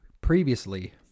previously